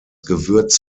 gewürz